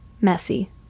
messy